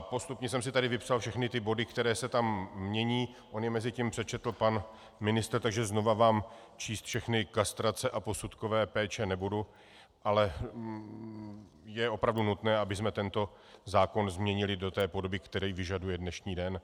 Postupně jsem si tady vypsal všechny ty body, které se tam mění, on je mezitím přečetl pan ministr, takže znova vám číst všechny kastrace a posudkové péče nebudu, ale je opravdu nutné, abychom tento zákon změnili do té podoby, kterou vyžaduje dnešní den.